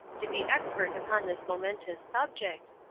to be expert upon this momentous subject,